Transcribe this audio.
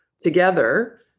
together